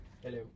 Hello